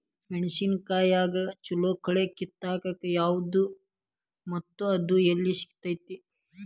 ಮೆಣಸಿನಕಾಯಿಗ ಛಲೋ ಕಳಿ ಕಿತ್ತಾಕ್ ಯಾವ್ದು ಮತ್ತ ಅದ ಎಲ್ಲಿ ಸಿಗ್ತೆತಿ?